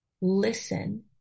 listen